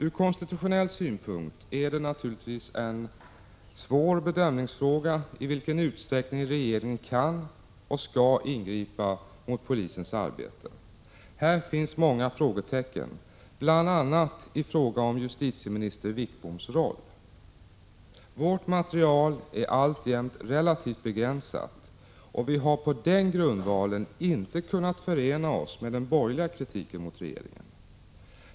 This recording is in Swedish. Ur konstitutionell synpunkt är det naturligtvis en svår bedömningsfråga i vilken utsträckning regeringen kan och skall ingripa mot polisens arbete. Här finns många frågetecken, bl.a. i fråga om justitieminister Wickboms roll. Vårt material är alltjämt relativt begränsat och vi har på den grundvalen inte kunnat förena oss med den borgerliga kritiken mot regeringen.